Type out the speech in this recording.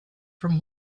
from